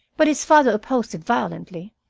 but his father opposed it violently.